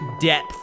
depth